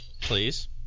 please